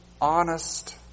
honest